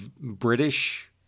British